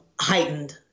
heightened